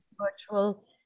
virtual